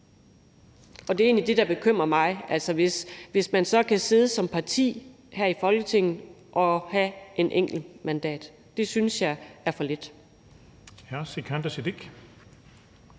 Det er egentlig det, der bekymrer mig, altså hvis man så kan sidde som parti i Folketinget og have et enkelt mandat. Det synes jeg er for lidt.